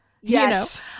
Yes